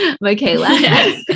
Michaela